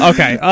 Okay